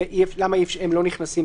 למה הם לא נכנסים?